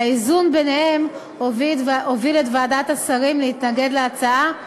האיזון ביניהם הוביל את ועדת השרים להתנגד להצעה.